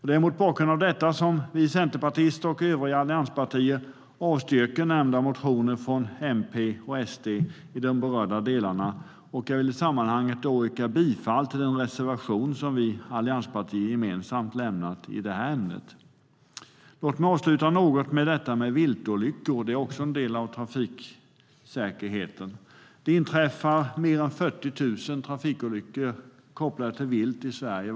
Det är mot bakgrund av detta som vi centerpartister och övriga allianspartier avstyrker nämnda motioner från MP och SD i de berörda delarna. Jag vill i sammanhanget yrka bifall till den reservation som vi allianspartier gemensamt har i det här ämnet. Låt mig också ta upp något om viltolyckor. Det är också en del av trafiksäkerheten. Varje år inträffar mer än 40 000 viltolyckor i Sverige.